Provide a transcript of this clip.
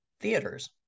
theaters